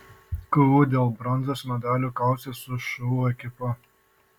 ku dėl bronzos medalių kausis su šu ekipa